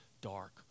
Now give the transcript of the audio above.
dark